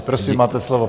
Prosím, máte slovo.